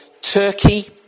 Turkey